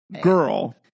girl